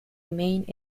remained